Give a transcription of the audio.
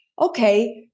okay